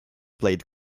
played